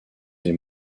des